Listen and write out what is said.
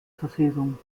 verfügung